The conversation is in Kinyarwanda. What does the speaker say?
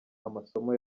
amasomo